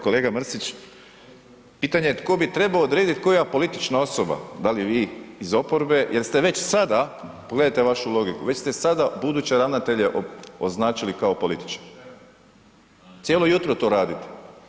Kolega Mrsić, pitanje tko bi trebao odrediti tko je apolitična osoba, da li vi iz oporbe jer ste već sada pogledajte vašu logiku, već ste sada buduće ravnatelje označili kao politične, cijelo jutro to radite.